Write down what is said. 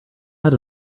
had